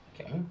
Okay